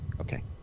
Okay